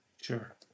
Sure